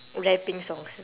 rapping songs